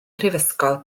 mhrifysgol